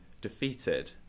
defeated